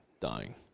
dying